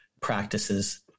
practices